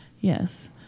Yes